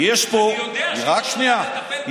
אני יודע שהיא גם יודעת לטפל בזה.